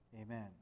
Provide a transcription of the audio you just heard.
amen